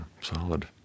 solid